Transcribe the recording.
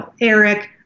Eric